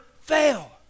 fail